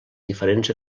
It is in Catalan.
diferents